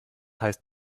heißt